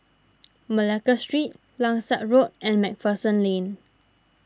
Malacca Street Langsat Road and MacPherson Lane